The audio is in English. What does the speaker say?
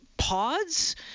Pods